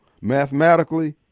mathematically